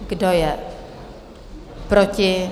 Kdo je proti?